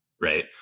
right